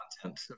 content